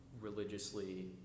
religiously